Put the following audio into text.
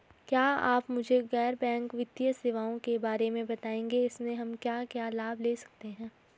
क्या आप मुझे गैर बैंक वित्तीय सेवाओं के बारे में बताएँगे इसमें हम क्या क्या लाभ ले सकते हैं?